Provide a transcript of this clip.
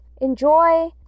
Enjoy